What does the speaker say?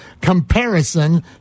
comparison